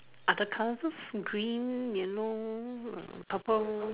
other colours green yellow uh purple